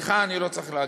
לך אני לא צריך להגיד,